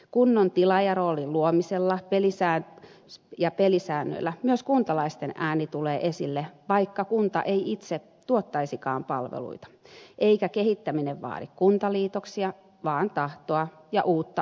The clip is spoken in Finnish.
kunnon tilaajaroolin luomisella ja pelisäännöillä myös kuntalaisten ääni tulee esille vaikka kunta ei itse tuottaisikaan palveluita eikä kehittäminen vaadi kuntaliitoksia vaan tahtoa ja uutta asennetta